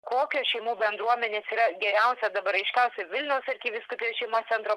kokios šeimų bendruomenės yra geriausia dabar aiškiausia vilniaus arkivyskupijos šeimos centro